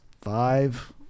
five